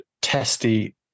testy